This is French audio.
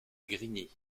grigny